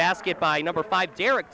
basket by number five derek